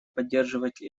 поддерживать